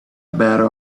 battle